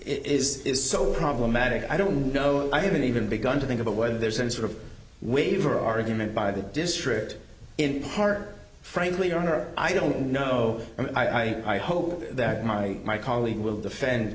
is is so problematic i don't know i haven't even begun to think about whether there's any sort of waiver argument by the district in part frankly your honor i don't know and i hope that my my colleague will defend